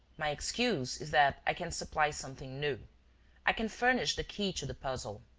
my excuse is that i can supply something new i can furnish the key to the puzzle.